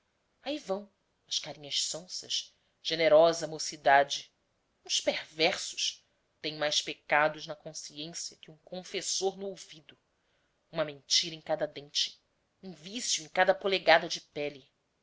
ai vão as carinhas sonsas generosa mocidade uns perversos têm mais pecados na consciência que um confessor no ouvido uma mentira em cada dente um vicio em cada polegada de pele